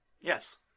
Yes